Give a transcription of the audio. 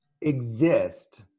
exist